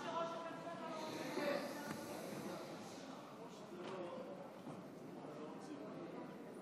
(חברי הכנסת מכבדים בקימה את זכרו של סגן השר וחבר הכנסת לשעבר אריה